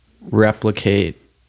replicate